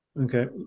Okay